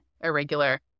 irregular